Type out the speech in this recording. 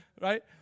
Right